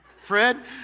Fred